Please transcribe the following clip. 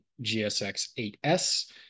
GSX-8S